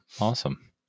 awesome